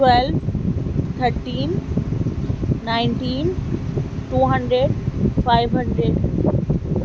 twelve thirteen nineteen two hundred five hundred